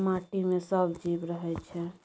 माटि मे सब जीब रहय छै